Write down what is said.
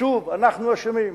שוב אנחנו אשמים.